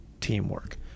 teamwork